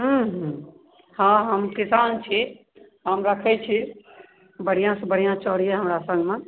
हूँ हूँ हँ हम किसान छी हम रखैत छी बढ़िआँसँ बढ़िआ चाउर यऽ हमरा सङ्गमे